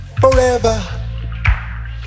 forever